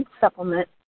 supplement